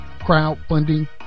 Crowdfunding